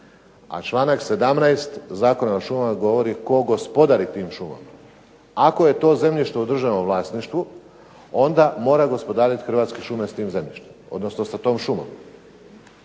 a članak 17. Zakona o šumama govori tko gospodari tim šumama. Ako je to zemljište u državnom vlasništvu onda moraju gospodariti Hrvatske šume tim zemljištem, odnosno sa tom šumom.